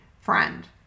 friend